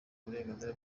uburenganzira